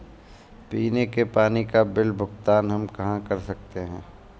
पीने के पानी का बिल का भुगतान हम कहाँ कर सकते हैं?